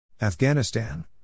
Afghanistan